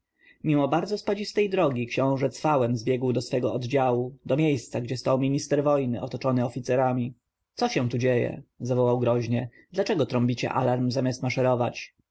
mimo bardzo spadzistej drogi książę cwałem zbiegł do swego oddziału do miejsca gdzie stał minister wojny otoczony oficerami co się to dzieje zawołał groźnie dlaczego trąbicie alarm zamiast maszerować